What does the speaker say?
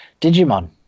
Digimon